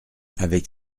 avec